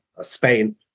Spain